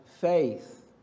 Faith